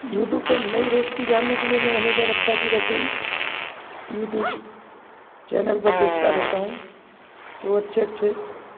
YouTube पर नई recipe जानने के लिए मैं हमेशा रक्षा की रसोई यूटूब चैनल पर देखता रहता हूँ तो अच्छी अच्छी